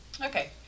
okay